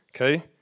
okay